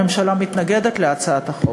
הממשלה מתנגדת להצעת החוק.